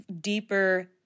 deeper